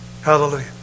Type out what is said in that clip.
hallelujah